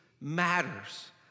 matters